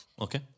Okay